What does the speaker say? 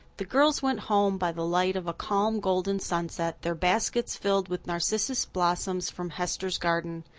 the girls went home by the light of a calm golden sunset, their baskets filled with narcissus blossoms from hester's garden,